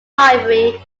library